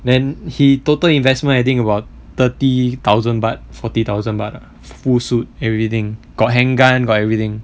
then he total investment I think about thirty thousand baht forty thousand baht full suit everything got handgun got everything